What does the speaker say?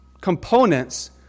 components